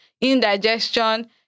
indigestion